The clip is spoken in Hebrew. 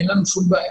אין לנו שום בעיה.